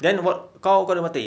then what kau kau ada mata air